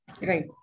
right